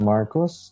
Marcos